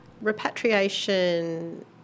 Repatriation